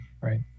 Right